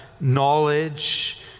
knowledge